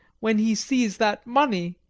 when he seize that money,